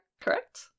Correct